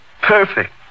Perfect